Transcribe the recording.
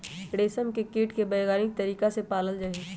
रेशम के कीट के वैज्ञानिक तरीका से पाला जाहई